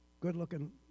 good-looking